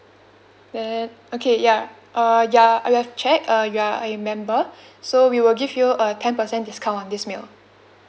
then okay ya uh ya we have checked uh you are a member so we will give you a ten percent discount on this meal